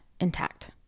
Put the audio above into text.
intact